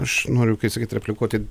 aš noriu kai sakyt replikuoti